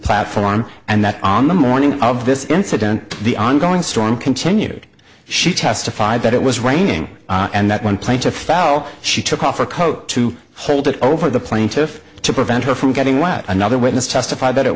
platform and that on the morning of this incident the ongoing storm continued she testified that it was raining and that one play to foul she took off her coat to hold it over the plaintiff to prevent her from getting wet another witness testified that it